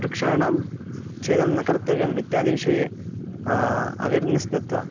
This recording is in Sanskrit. वृक्षाणां छेदं न कर्तव्यम् इत्यादिविषये अवेर्नेस् दत्वा